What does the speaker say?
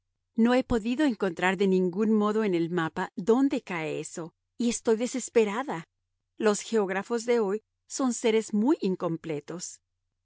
no he podido encontrar de ningún modo en el mapa donde cae eso y estoy desesperada los geógrafos de hoy son seres muy incompletos